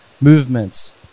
movements